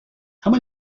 have